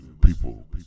people